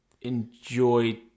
enjoy